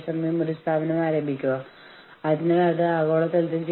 ഉയർന്ന ശമ്പളവും ആനുകൂല്യങ്ങളും അവർ ആവശ്യപ്പെടുന്നു